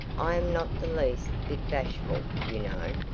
i am not the least bit bashful, you know.